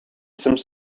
some